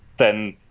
then,